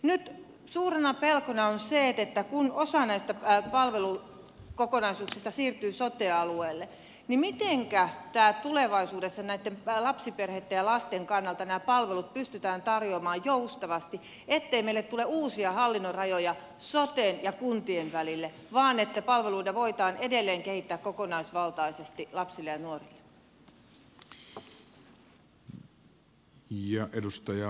nyt suurena pelkona on se että kun osa näistä palvelukokonaisuuksista siirtyy sote alueelle niin mitenkä tulevaisuudessa lapsiperheitten ja lasten kannalta nämä palvelut pystytään tarjoamaan joustavasti ettei meille tule uusia hallinnon rajoja soten ja kuntien välille vaan että palveluita voidaan edelleen kehittää kokonaisvaltaisesti lapsille ja nuorille